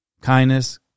Kindness